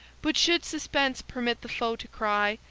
but should suspense permit the foe to cry,